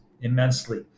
immensely